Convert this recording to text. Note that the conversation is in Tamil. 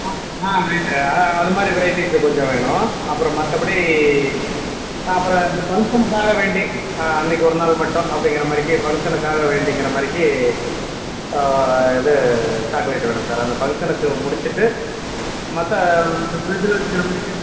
அ ஆ ரைட்டு ஆ அது மாதிரி வெரைட்டீஸு கொஞ்சம் வேணும் அப்புறம் மற்றபடி அப்புறம் இந்த ஃபங்க்ஷனுக்காக வேண்டி அன்னைக்கு ஒரு நாள் மட்டும் அப்படிங்குற மாதிரிக்கி ஃபங்க்ஷனுக்காக வேண்டிங்குற மாதிரிக்கி இது சாக்லேட் வேணும் சார் அந்த ஃபங்க்ஷனுக்கு முடிச்சிட்டு மற்ற இந்த ஃப்ரிட்ஜில் வச்சிக்குற மாதிரிக்கி